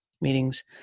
meetings